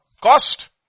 cost